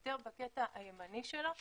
יותר בקטע הימני שלו,